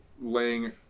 laying